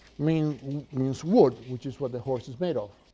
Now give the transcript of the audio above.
means means wood, which is what the horse is made of,